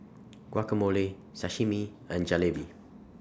Guacamole Sashimi and Jalebi